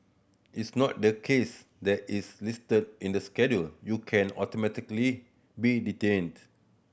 it's not the case that its listed in the Schedule you can automatically be detained